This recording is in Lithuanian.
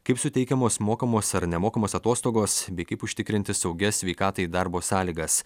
kaip suteikiamos mokamos ar nemokamos atostogos bei kaip užtikrinti saugias sveikatai darbo sąlygas